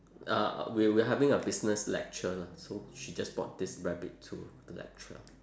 uh we were having a business lecture lah so she just brought this rabbit to the lecture